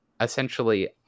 essentially